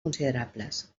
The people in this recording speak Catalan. considerables